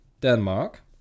Denmark